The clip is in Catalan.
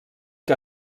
que